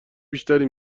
بیشتری